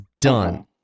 done